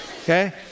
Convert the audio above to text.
Okay